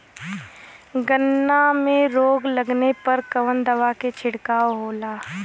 गन्ना में रोग लगले पर कवन दवा के छिड़काव होला?